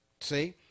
See